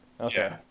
Okay